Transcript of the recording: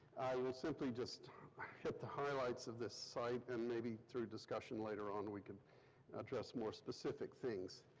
i will simply just hit the highlights of the site and maybe, through discussion later on, we could address more specific things.